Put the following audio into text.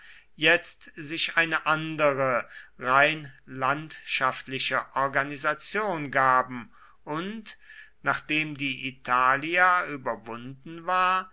jetzt sich eine andere rein landschaftliche organisation gaben und nachdem die italia überwunden war